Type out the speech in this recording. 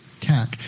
tack